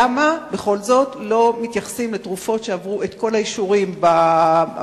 למה בכל זאת לא מתייחסים לתרופות שקיבלו את כל האישורים המקבילים